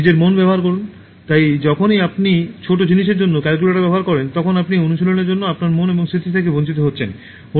নিজের মন ব্যবহার করুন তাই যখনই আপনি ছোট জিনিসের জন্য ক্যালকুলেটর ব্যবহার করেন তখন আপনি অনুশীলনের জন্য আপনার মন এবং স্মৃতি থেকে বঞ্চিত হচ্ছেন